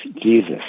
Jesus